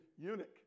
eunuch